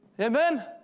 Amen